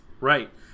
right